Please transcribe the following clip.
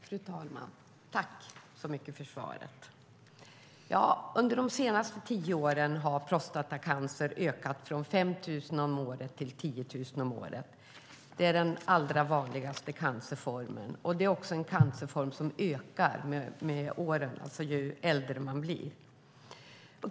Fru talman! Tack så mycket för svaret! Under de senaste tio åren har prostatacancer ökat från 5 000 om året till 10 000 om året. Det är den allra vanligaste cancerformen, och det är en cancerform som ökar med åren, ju äldre man blir.